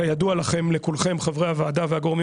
כידוע לכם לכולכם חברי הוועדה והגורמים